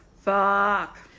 Fuck